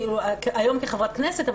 כיום כחברת הכנסת,